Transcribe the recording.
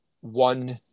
one